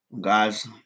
Guys